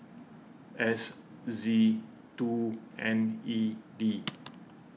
S Z two N E D